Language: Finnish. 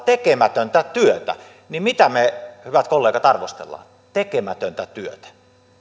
tekemätöntä työtä niin mitä me hyvät kollegat arvostelemme tekemätöntä työtä